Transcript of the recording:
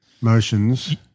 motions